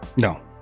No